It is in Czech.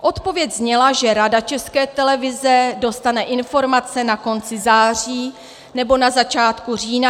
Odpověď zněla, že Rada České televize dostane informace na konci září nebo na začátku října 2017.